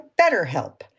BetterHelp